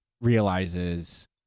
realizes